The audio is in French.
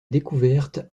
découverte